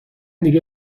دیگه